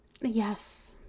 Yes